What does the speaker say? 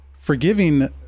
Forgiving